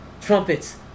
trumpets